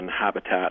habitat